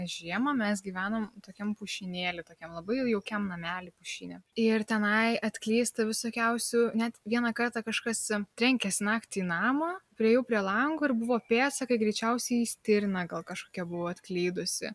žiemą mes gyvenam tokiam pušynėly tokiam labai jaukiam namely pušyne ir tenai atklysta visokiausių net vieną kartą kažkas trenkėsi naktį į namą priėjau prie lango ir buvo pėdsakai greičiausiai stirna gal kažkokia buvo atklydusi